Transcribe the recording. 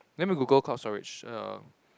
let me Google cloud storage err